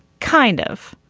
kind of.